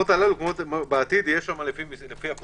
ובטח